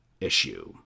issue